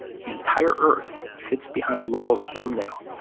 the entire earth fits behind lovell's thumbnail.